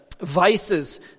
vices